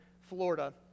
Florida